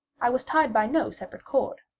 i was tied by no separate cord.